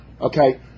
Okay